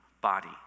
body